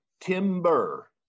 timber